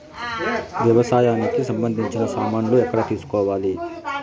వ్యవసాయానికి సంబంధించిన సామాన్లు ఎక్కడ తీసుకోవాలి?